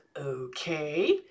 okay